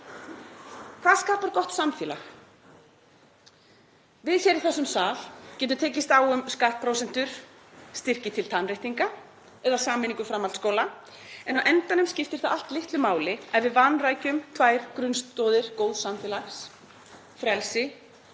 Hvað skapar gott samfélag? Við hér í þessum sal getum tekist á um einstaka skattprósentur, styrki til tannréttinga eða sameiningu framhaldsskóla, en á endanum skiptir það allt litlu máli ef við vanrækjum tvær grunnstoðir góðs samfélags: Frelsi